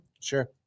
Sure